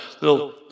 little